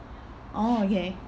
orh okay